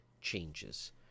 changes